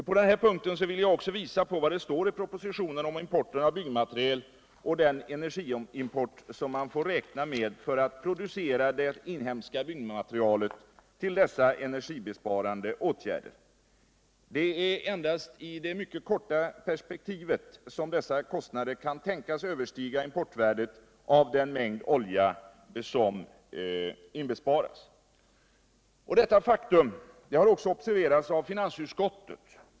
På den här punkten vill jag också visa på vad som står i propositionen om importen av byggmaterial och den energiimport som man får räkna med för alt producera det inhemska byggmaterialet till dessa energibesparande atgärder. Det är endast i det mycket korta perspektivet som dessa kostnader kan tänkas överstiga importvärdet av den mängd olju som inbesparas. Detta faktum har också observerats av finansutskottet.